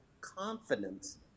confidence